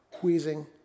wheezing